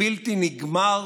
ובלתי נגמר